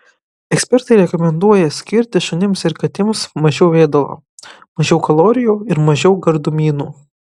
ekspertai rekomenduoja skirti šunims ir katėms mažiau ėdalo mažiau kalorijų ir mažiau gardumynų